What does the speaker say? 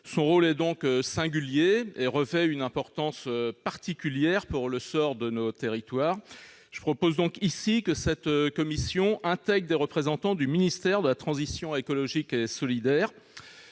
Son rôle est donc singulier et revêt une importance particulière pour le sort de nos territoires. Il serait opportun que cette commission intègre des représentants du ministère de la transition écologique et solidaire.